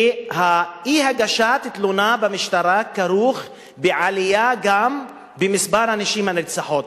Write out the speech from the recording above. כי אי-הגשת תלונה במשטרה כרוכה בעלייה גם במספר הנשים הנרצחות.